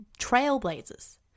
trailblazers